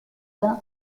the